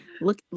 Look